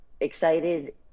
excited